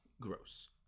Gross